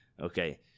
Okay